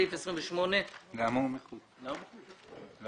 סעיף 28. סעיף 28 דרוש?